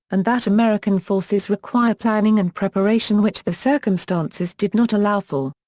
and that american forces require planning and preparation which the circumstances did not allow for.